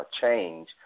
change